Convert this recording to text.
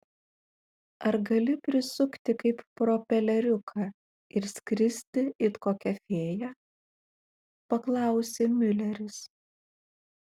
ar gali prisukti kaip propeleriuką ir skristi it kokia fėja paklausė miuleris